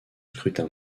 scrutin